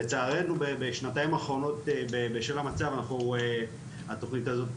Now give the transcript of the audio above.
לצערנו, בשנתיים האחרונות, בשל המצב, התוכנית הזאת